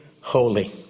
holy